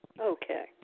Okay